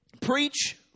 Preach